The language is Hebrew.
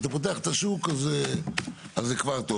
אתה פותח את השוק, אז זה כבר טוב.